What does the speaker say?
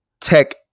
tech